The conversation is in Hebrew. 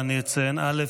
ואני אציין: א.